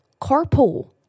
Carpool